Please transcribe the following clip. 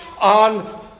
on